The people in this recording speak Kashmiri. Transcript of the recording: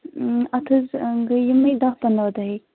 اتھ حظ گٔے یِمے دَہ پَنٛدہ دۅہٕے